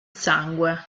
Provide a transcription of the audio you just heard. sangue